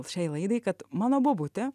šiai laidai kad mano bobutė